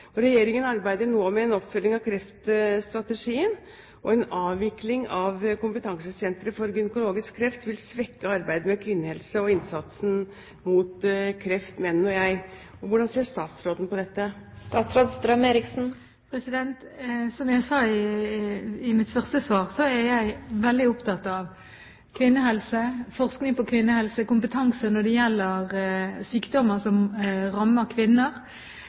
Regjeringen arbeider nå med en oppfølging av kreftstrategien. En avvikling av kompetansesenteret for gynekologisk kreft vil svekke arbeidet med kvinnehelse og innsatsen mot kreft, mener nå jeg. Hvordan ser statsråden på dette? Som jeg sa i mitt første svar, er jeg veldig opptatt av kvinnehelse, forskning på kvinnehelse og kompetanse når det gjelder sykdommer som rammer kvinner.